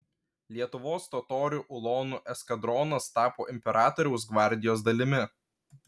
lietuvos totorių ulonų eskadronas tapo imperatoriaus gvardijos dalimi